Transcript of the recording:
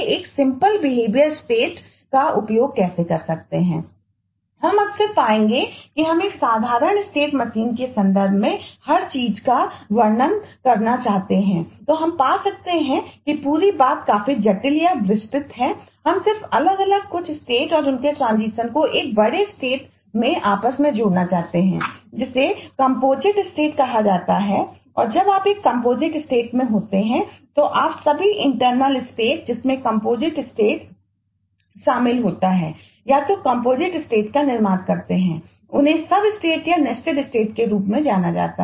अब अक्सर हम पाएंगे कि अगर हम साधारण स्टेट मशीनके रूप में जाना जाता है